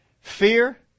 fear